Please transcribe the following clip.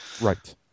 right